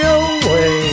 away